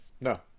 No